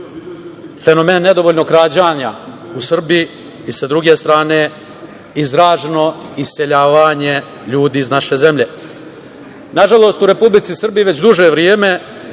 fenomen nedovoljnog rađanja u Srbiji i sa druge strane, izraženo iseljavanje ljudi iz naše zemlje. Nažalost, u Republici Srbiji već duže vreme